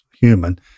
human